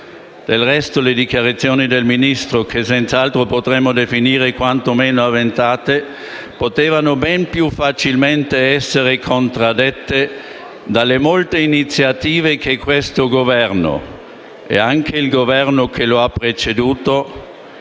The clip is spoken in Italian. Del resto le dichiarazioni del Ministro, che senz'altro potremmo definire quantomeno avventate, potevano ben più facilmente essere contraddette dalle molte iniziative che questo Governo, come anche di quello che lo ha preceduto